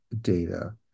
data